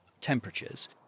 temperatures